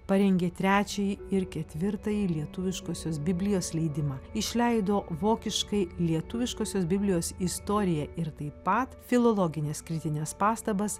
parengė trečiąjį ir ketvirtąjį lietuviškosios biblijos leidimą išleido vokiškai lietuviškosios biblijos istoriją ir taip pat filologines kritines pastabas